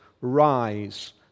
rise